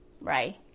right